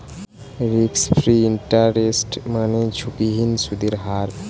risk free interest মানে ঝুঁকিহীন সুদের হার